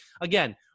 again